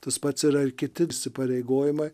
tas pats yra ir kiti įsipareigojimai